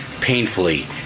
painfully